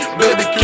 baby